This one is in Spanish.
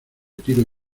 tiro